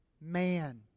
man